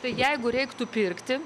tai jeigu reiktų pirkti